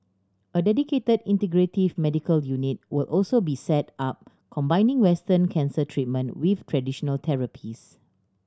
a dedicated integrative medical unit will also be set up combining western cancer treatment with traditional therapies